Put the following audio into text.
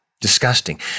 Disgusting